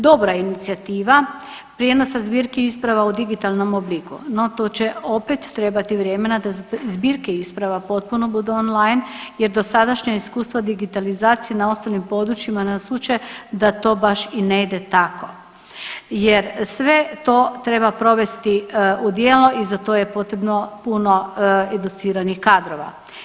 Dobra je inicijativa prijenosa zbirki isprava u digitalnom obliku, no tu će opet trebati vremena da zbirke isprava potpuno budu online jer dosadašnja iskustva digitalizacije na ostalim područjima nas uče da to baš i ne ide tako jer sve to treba provesti u djelo i za to je potrebno puno educiranih kadrova.